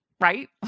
right